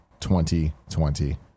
2020